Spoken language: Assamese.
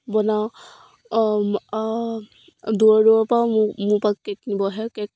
বনাওঁ দূৰৰ দূৰৰ পৰাও মোক মোৰ পৰা কেক নিব আহে কেক